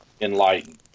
Enlightened